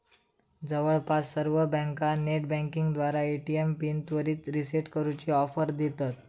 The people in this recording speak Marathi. जवळपास सर्व बँका नेटबँकिंगद्वारा ए.टी.एम पिन त्वरित रीसेट करूची ऑफर देतत